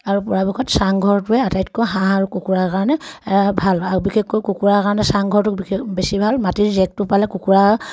আৰু পৰাপক্ষত চাংঘৰটোৱে আটাইতকৈ হাঁহ আৰু কুকুৰাৰ কাৰণে ভাল আৰু বিশেষকৈ কুকুৰাৰ কাৰণে চাংঘৰটো বিশেষ বেছি ভাল মাটিৰ জেকটো পালে কুকুৰা